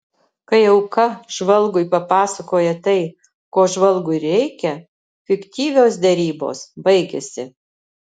kai auka žvalgui papasakoja tai ko žvalgui reikia fiktyvios derybos baigiasi